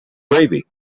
gravy